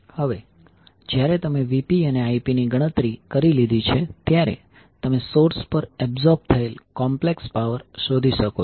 હવે જ્યારે તમે Vp અને Ip ની ગણતરી કરી લીધી છે ત્યારે તમે સોર્સ પર એબ્સોર્બ થયેલ કોમ્પ્લેક્સ પાવર શોધી શકો છો